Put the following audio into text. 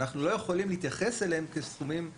ואנחנו לא יכולים להתייחס אליהם כסכומים ודאיים.